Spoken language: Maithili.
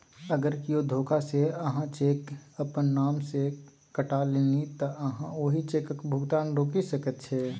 अगर कियो धोखासँ अहाँक चेक अपन नाम सँ कटा लेलनि तँ अहाँ ओहि चेकक भुगतान रोकि सकैत छी